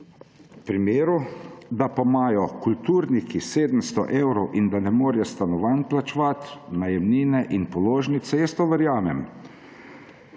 to pri miru. Da pa imajo kulturniki 700 evrov in da ne morejo stanovanj plačevati, najemnine in položnice, to verjamem.